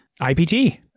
ipt